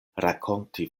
rakonti